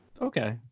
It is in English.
okay